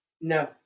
no